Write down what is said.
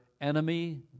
enemy